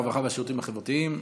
הרווחה והשירותים החברתיים.